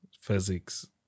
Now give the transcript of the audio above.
physics